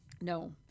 No